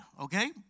okay